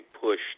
pushed